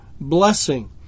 blessing